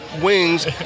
wings